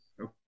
okay